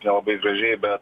nelabai gražiai bet